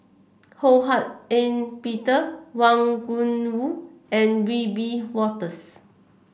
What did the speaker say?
Ho Hak Ean Peter Wang Gungwu and Wiebe Wolters